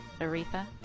Aretha